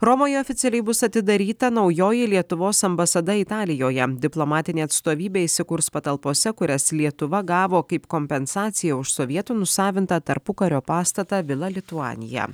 romoje oficialiai bus atidaryta naujoji lietuvos ambasada italijoje diplomatinė atstovybė įsikurs patalpose kurias lietuva gavo kaip kompensaciją už sovietų nusavintą tarpukario pastatą vila lituanija